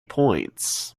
points